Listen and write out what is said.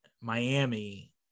Miami